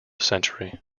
century